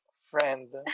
friend